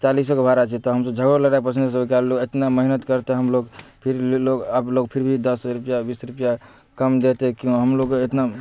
चालिस टके भाड़ा छै तऽ हमसब झगड़ऽ लगलहुँ पसिंजर सबके कहलहुँ इतना मेहनत करते है हमलोग फिर भी लोग आप लोग फिर भी दश रूपैआ बीस रूपैआ कम देते क्यों हमलोग इतना